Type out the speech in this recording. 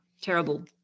Terrible